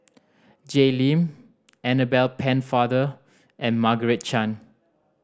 Jay Lim Annabel Pennefather and Margaret Chan